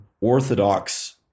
orthodox